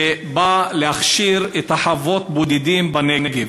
שבאה להכשיר את חוות הבודדים בנגב.